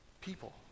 people